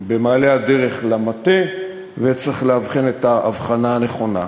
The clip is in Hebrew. במעלה הדרך, למטה, וצריך להבחין את ההבחנה הנכונה.